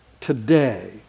today